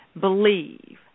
believe